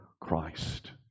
Christ